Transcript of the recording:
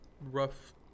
Rough